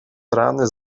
rany